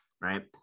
right